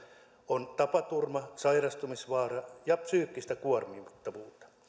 on tapaturma sairastumisvaara ja psyykkistä kuormittavuutta